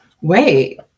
wait